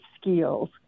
skills